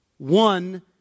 One